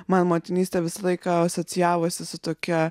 man motinystė visą laiką asocijavosi su tokia